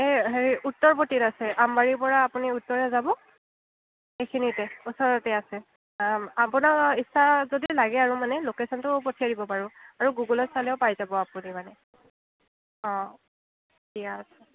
হেৰি হেৰি উত্তৰপটিত আছে আমবাৰীৰ পৰা আপুনি উত্তৰে যাব এখিনিতে ওচৰতে আছে আপোনাৰ ইচ্ছা যদি লাগে আৰু মানে লোকেচনটো পঠিয়াই দিব পাৰোঁ আৰু গুগলত চালেও পাই যাব আপুনি মানে অঁ দিয়া আছে